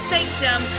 Sanctum